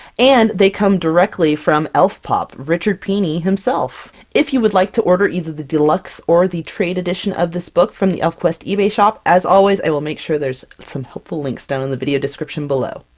and they come directly from elfpop, richard pini, himself! if you would like to order either the deluxe or the trade edition of this book from the elfquest ebay shop, as always i will make sure there's some helpful links down in the video description below!